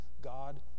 God